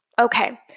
Okay